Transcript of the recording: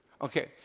Okay